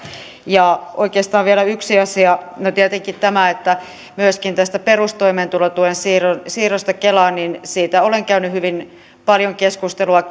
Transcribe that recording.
oikeastaan vielä yksi asia tietenkin tämä että myöskin tästä perustoimeentulotuen siirrosta siirrosta kelaan olen käynyt hyvin paljon keskustelua